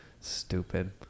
Stupid